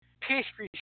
pastry